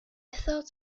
thought